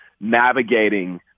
navigating